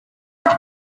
ble